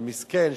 של מסכן,